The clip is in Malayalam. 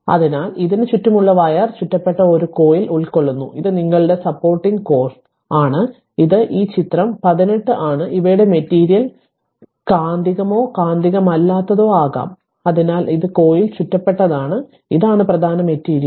അതിനാൽ ഇതിന് ചുറ്റുമുള്ള വയർ ചുറ്റപ്പെട്ട ഒരു കോയിൽ ഉൾക്കൊള്ളുന്നു ഇത് നിങ്ങളുടെ സപ്പോർട്ടിംഗ് കോർ ആണ് ഇത് ഈ ചിത്രം 18 ആണ് ഇവയുടെ മെറ്റീരിയൽ കാന്തികമോ കാന്തികമല്ലാത്തതോ ആകാം അതിനാൽ ഇത് കോയിൽ ചുറ്റപ്പെട്ടതാണ് ഇതാണ് പ്രധാന മെറ്റീരിയൽ